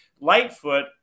Lightfoot